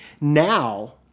now